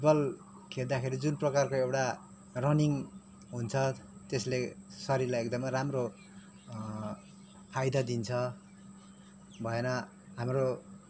football खेल्दाखेरि जुन प्रकारको एउटा रनिङ हुन्छ त्यसले शरीरलाई एकदमै राम्रो फाइदा दिन्छ भएन हाम्रो